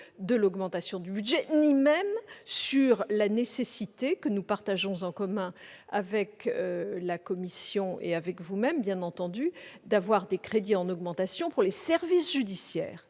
de l'augmentation du budget ni même sur la nécessité, que nous partageons avec la commission et vous-même, d'avoir des crédits en augmentation pour les services judiciaires.